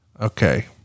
Okay